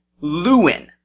Lewin